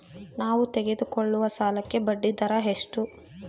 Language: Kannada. ನಾವು ತೆಗೆದುಕೊಳ್ಳುವ ಸಾಲಕ್ಕೆ ಬಡ್ಡಿದರ ಎಷ್ಟು?